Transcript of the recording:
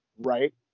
Right